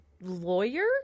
lawyer